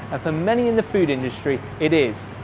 ah for many in the food industry, it is.